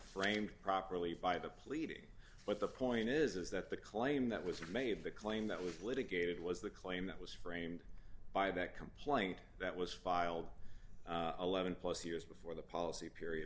framed properly by the pleading but the point is is that the claim that was made the claim that was litigated was the claim that was framed by that complaint that was filed a lemon plus years before the policy period